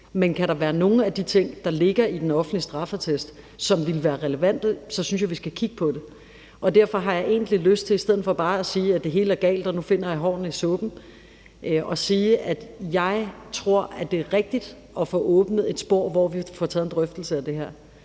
Men kan der være nogle af de ting, der ligger i den offentlige straffeattest, som ville være relevante, så synes jeg, at vi skal kigge på det, og derfor har jeg egentlig lyst til, i stedet for bare at sige, at det hele er galt, og at jeg nu finder hårene i suppen, at jeg tror, at det er rigtigt, at vi får åbnet et spor, hvor vi får taget en drøftelse af det her,